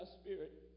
spirit